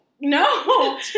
No